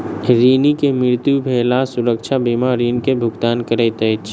ऋणी के मृत्यु भेला सुरक्षा बीमा ऋण के भुगतान करैत अछि